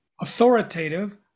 authoritative